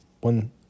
one